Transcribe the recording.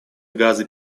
газы